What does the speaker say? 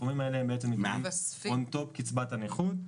הסכומים האלה הם און טופ לקצבת הנכות.